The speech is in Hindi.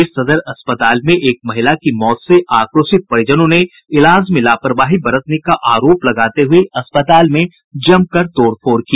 मुंगेर सदर अस्पताल में एक महिला की मौत से आक्रोशित परिजनों ने इलाज में लापरवाही बरतने का आरोप लगाते हुये अस्पताल में जमकर तोड़ फोड़ की